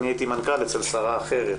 ואני הייתי מנכ"ל אצל שרה אחרת.